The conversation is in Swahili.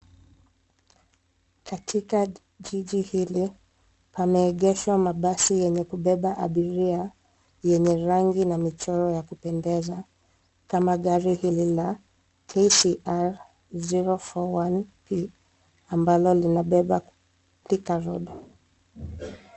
Katika jiji hili, pameegeshwa mabasi ya kubeba abiria yenye rangi na michoro ya kupendeza kama gari hili la KCR 041P ambalo linabeba Thika road .